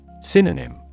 Synonym